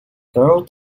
girl